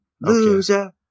loser